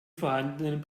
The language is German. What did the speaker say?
vorhandenen